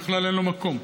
בכלל אין לו מקום.